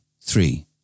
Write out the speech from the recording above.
three